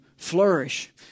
flourish